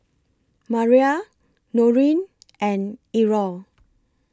Maria Norine and Errol